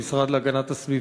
המשרד להגנת הסביבה.